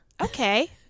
Okay